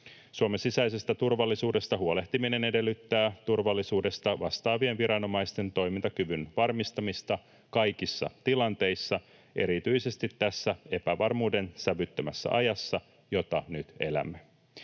Suomen sisäisestä turvallisuudesta huolehtiminen edellyttää turvallisuudesta vastaavien viranomaisten toimintakyvyn varmistamista kaikissa tilanteissa, erityisesti tässä epävarmuuden sävyttämässä ajassa, jota nyt elämme.